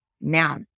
now